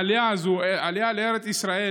העלייה לארץ ישראל